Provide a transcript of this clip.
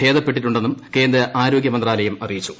ഭേദപ്പെട്ടിട്ടുണ്ടെന്നും കേന്ദ്ര ആരോഗ്യ മന്ത്രാലയം അറിയിച്ചു